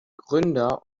gründer